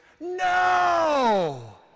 ...NO